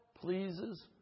pleases